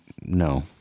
No